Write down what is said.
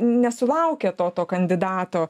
nesulaukia to to kandidato